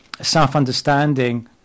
self-understanding